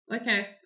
Okay